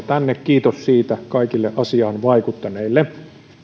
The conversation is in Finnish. tänne kiitos siitä kaikille asiaan vaikuttaneille